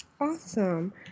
Awesome